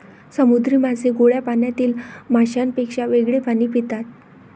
समुद्री मासे गोड्या पाण्यातील माशांपेक्षा वेगळे पाणी पितात